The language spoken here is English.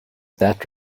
that